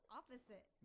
opposite